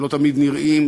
שלא תמיד נראים,